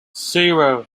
zero